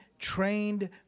trained